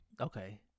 Okay